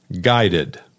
guided